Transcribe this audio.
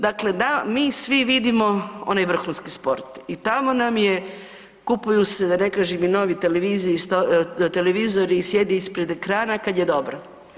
Dakle, da mi svi vidimo onaj vrhunski sport i tamo nam je kupuju se da ne kažem i novi televizori i sjedi ispred ekrana kad je dobro.